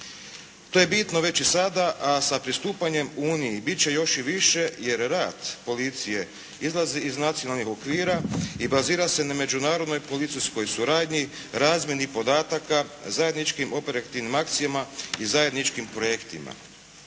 To je bitno već i sada, a sa pristupanjem Uniji bit će još i više jer rad policije izlazi iz nacionalnih okvira i bazira se na međunarodnoj policijskoj suradnji, razmjeni podataka, zajedničkim operativnim akcijama i zajedničkim projektima.